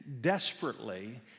desperately